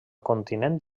continent